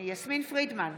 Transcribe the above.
יסמין פרידמן,